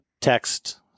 text